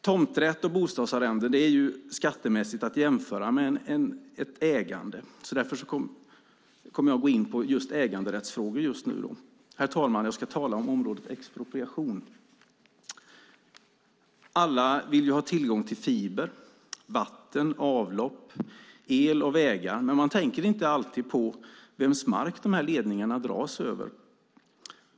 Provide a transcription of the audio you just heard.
Tomträtt och bostadsarrenden är skattemässigt att jämföra med ägande. Därför kommer jag nu att gå in på äganderättsfrågor. Herr talman! Jag ska tala om området expropriation. Alla vill ha tillgång till fiber, vatten och avlopp, el och vägar, men man tänker inte alltid på vems mark dessa ledningar dras över.